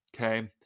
Okay